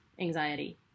anxiety